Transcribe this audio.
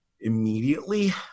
immediately